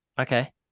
Okay